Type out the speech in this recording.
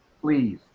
please